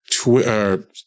Twitter